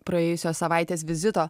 praėjusios savaitės vizito